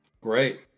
Great